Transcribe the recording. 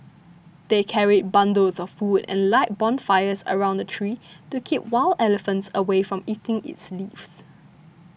they carried bundles of wood and light bonfires around the tree to keep wild elephants away from eating its leaves